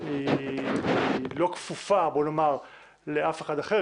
היא לא כפופה לאף אחד אחר.